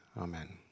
amen